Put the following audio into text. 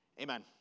Amen